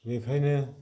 बेखायनो